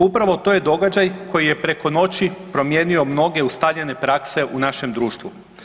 Upravo to je događaj koji je preko noći promijenio mnoge ustaljene prakse u našem društvu.